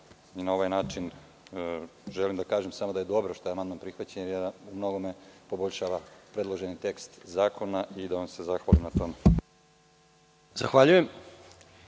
da na ovaj način želim samo da kažem da je dobro što je amandman prihvaćen jer u mnogome poboljšava predloženi tekst zakona i da vam se zahvalim na tome.